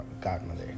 godmother